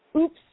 oops